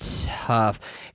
tough